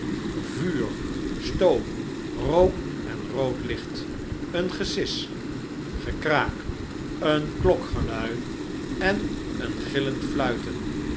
vuur stoom rook en rood licht een gesis een gekraak een klokgelui en een gillend fluiten